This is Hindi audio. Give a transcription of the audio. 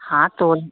हाँ तो वही